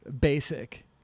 basic